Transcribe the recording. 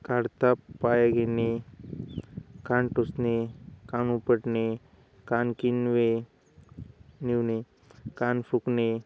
काढता पाय घेणे कान टोचणे कान उपटणे कान किनवे निवने कान फुकणे